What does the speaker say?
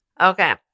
Okay